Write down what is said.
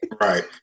right